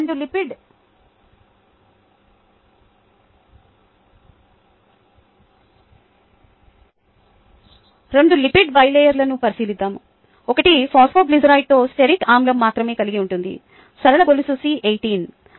రెండు లిపిడ్ బైలేయర్లను పరిశీలిద్దాం ఒకటి ఫాస్ఫోగ్లిజరైడ్స్తో స్టెరిక్ ఆమ్లం మాత్రమే కలిగి ఉంటుంది సరళ గొలుసు C18